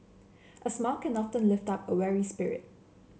a smile can often lift up a weary spirit